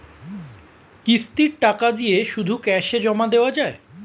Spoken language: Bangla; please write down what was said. কিস্তির টাকা দিয়ে শুধু ক্যাসে জমা দেওয়া যায়?